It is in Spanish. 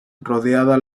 rodeada